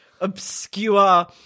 obscure